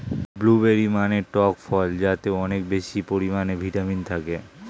blueberry মানে টক ফল যাতে অনেক বেশি পরিমাণে ভিটামিন থাকে